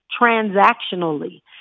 transactionally